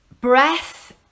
breath